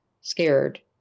scared